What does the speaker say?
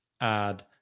add